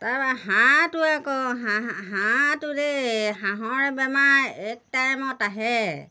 তাৰপৰা হাঁহটোৱে আকৌ হা হাঁহটো দেই হাঁহৰ বেমাৰ এক টাইমত আহে